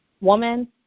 woman